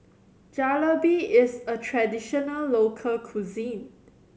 jalebi is a traditional local cuisine